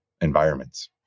environments